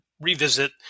revisit